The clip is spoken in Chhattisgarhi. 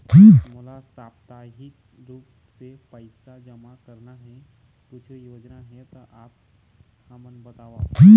मोला साप्ताहिक रूप से पैसा जमा करना हे, कुछू योजना हे त आप हमन बताव?